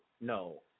no